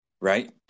Right